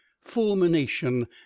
fulmination